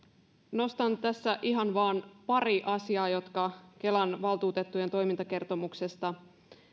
nostan tässä ihan vain pari asiaa jotka kelan valtuutettujen toimintakertomuksessa